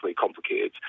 complicated